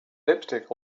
lipstick